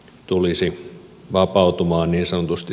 tulisi vapautumaan niin sanotusti